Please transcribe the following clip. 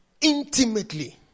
intimately